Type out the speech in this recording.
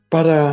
Para